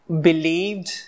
believed